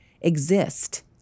exist